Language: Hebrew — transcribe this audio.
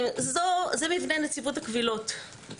זה מבנה נציבות הקבילות.